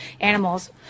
animals